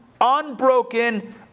unbroken